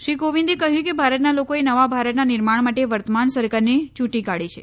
શ્રી કોવિંદે કહ્યું કે ભારતના લોકોએ નવા ભારતના નિર્માણ માટે વર્તમાન સરકારને ચૂંટી કાઢી છે